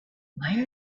why